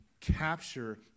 capture